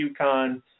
UConn